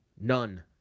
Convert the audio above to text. None